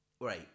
right